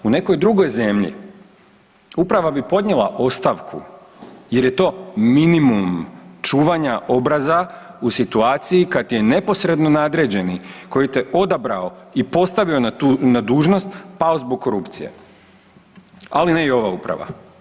U nekoj drugoj zemlji, uprava bi podnijela ostavku jer je to minimum čuvanja obraza u situaciji kad ti je neposredno nadređeni koji te odabrao i postavio na tu, na dužnost pao zbog korupcije, ali ne i ova uprava.